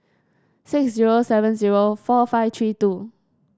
six zero seven zero four five three two